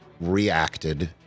reacted